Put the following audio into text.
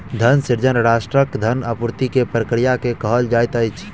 धन सृजन राष्ट्रक धन आपूर्ति के प्रक्रिया के कहल जाइत अछि